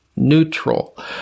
neutral